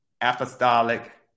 apostolic